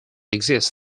exists